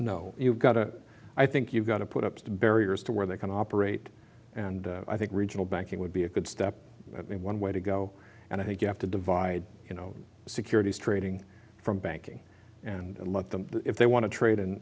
no you've got to i think you've got to put up barriers to where they can operate and i think regional banking would be a good step i mean one way to go and i think you have to divide you know securities trading from banking and let them if they want to trade in